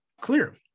clear